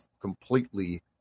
completely